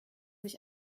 sich